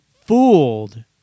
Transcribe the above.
fooled